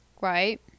right